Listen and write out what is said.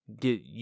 get